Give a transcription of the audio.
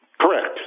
Correct